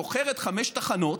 מוכרת חמש תחנות